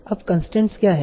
अब कंसट्रेन्स क्या है